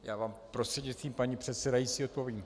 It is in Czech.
Já vám prostřednictvím paní předsedající odpovím.